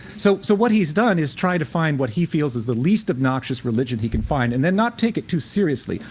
so so what he'd done is try to find what he feels as the least obnoxious religion he could find and then not take it too seriously.